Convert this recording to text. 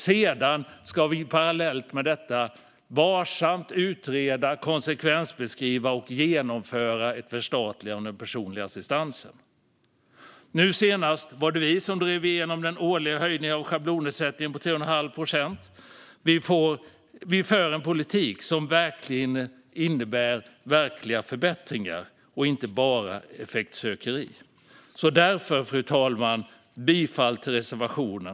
Sedan ska vi parallellt med detta varsamt utreda, konsekvensbeskriva och genomföra ett förstatligande av den personliga assistansen. Nu senast var det vi som drev igenom den årliga höjningen av schablonersättningen på 3 1⁄2 procent. Vi för en politik som innebär verkliga förbättringar och inte bara effektsökeri. Därför, fru talman, yrkar jag bifall till reservationen.